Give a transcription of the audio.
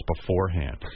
beforehand